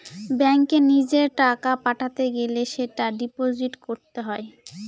ব্যাঙ্কে নিজের টাকা পাঠাতে গেলে সেটা ডিপোজিট করতে হয়